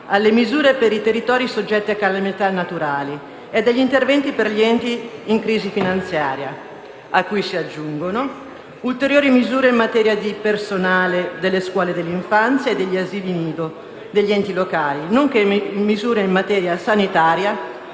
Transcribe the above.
alle misure per i territori soggetti a calamità naturali e agli interventi per gli enti in crisi finanziaria, cui si aggiungono ulteriori misure in materia di personale delle scuole dell'infanzia e degli asili nido degli enti locali, nonché misure in materia sanitaria,